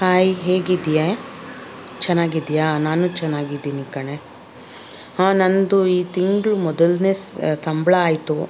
hi ಹೇಗಿದ್ಯೇ ಚೆನ್ನಾಗಿದ್ದಿಯಾ ನಾನು ಚೆನ್ನಾಗಿದ್ದೀನಿ ಕಣೆ ಹಾ ನನ್ನದು ಈ ತಿಂಗಳು ಮೊದಲನೇ ಸ ಸಂಬಳ ಆಯಿತು